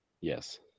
Yes